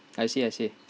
I see I see